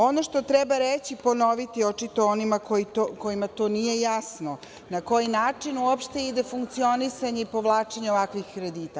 Ono što treba reći, ponoviti onima kojima to nije jasno, na koji način uopšte ide funkcionisanje i povlačenje ovakvih kredita?